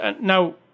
Now